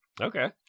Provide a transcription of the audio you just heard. Okay